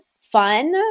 fun